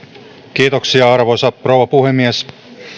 kiitoksia arvoisa rouva puhemies